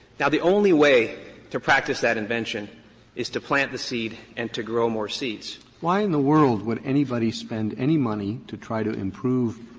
now, the only way to practice that invention is to plant the seed and to grow more seeds why in the world would anybody spend any money to try to improve